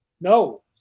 no